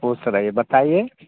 खुश रहिये बताइए